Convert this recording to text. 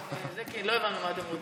כי לא הבנו מה אתם רוצים.